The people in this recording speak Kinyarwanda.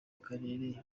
akarere